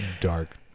dark